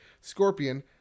Scorpion